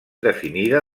definida